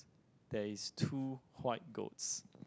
there is two white goats